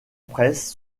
presse